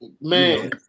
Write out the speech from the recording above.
man